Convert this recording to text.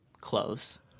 close